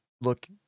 look